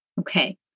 Okay